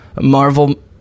marvel